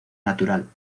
natural